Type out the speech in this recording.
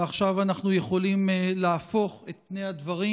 ועכשיו אנחנו יכולים להפוך את פני הדברים